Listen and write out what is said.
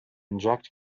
inject